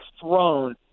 thrown